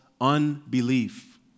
unbelief